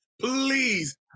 please